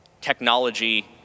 Technology